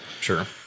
sure